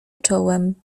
czołem